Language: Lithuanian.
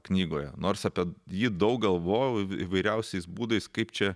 knygoje nors apie jį daug galvojau įvairiausiais būdais kaip čia